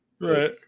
Right